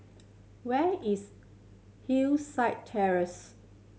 where is Hillside Terrace